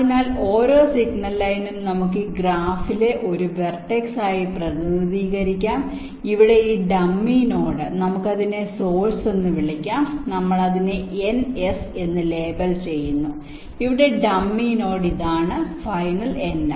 അതിനാൽ ഓരോ സിഗ്നൽ ലൈനും നമുക്ക് ഈ ഗ്രാഫിലെ ഒരു വെർടെക്സ് ആയി പ്രതിനിധീകരിക്കാം ഇവിടെ ഈ ഡമ്മി നോഡ് നമുക്ക് അതിനെ സോഴ്സ് എന്ന് വിളിക്കാം നമ്മൾ അതിനെ ns എന്ന് ലേബൽ ചെയ്യുന്നു ഇവിടെ ഡമ്മി നോഡ് ഇതാണ് ഫൈനൽ nf